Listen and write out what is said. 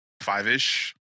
Five-ish